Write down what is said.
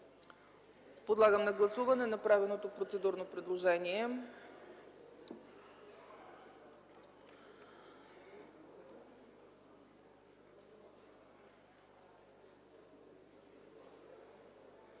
Подлагам на гласуване направеното процедурно предложение.